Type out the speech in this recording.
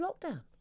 lockdown